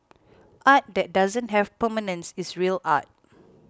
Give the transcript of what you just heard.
art that doesn't have permanence is real art